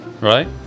Right